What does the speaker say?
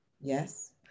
yes